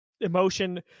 emotion